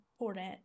important